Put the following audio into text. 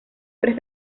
tres